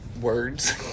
words